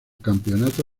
campeonato